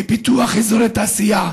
בפיתוח אזורי תעשייה,